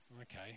Okay